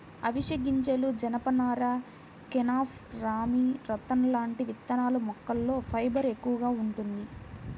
అవిశె గింజలు, జనపనార, కెనాఫ్, రామీ, రతన్ లాంటి విత్తనాల మొక్కల్లో ఫైబర్ ఎక్కువగా వుంటది